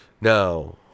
Now